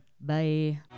Bye